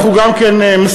אנחנו גם כן מסכימים,